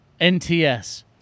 NTS